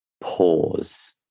pause